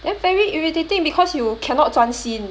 then very irritating because you cannot 专心